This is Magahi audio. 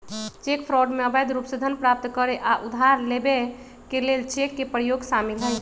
चेक फ्रॉड में अवैध रूप से धन प्राप्त करे आऽ उधार लेबऐ के लेल चेक के प्रयोग शामिल हइ